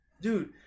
dude